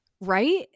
Right